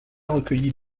recueilli